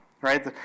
right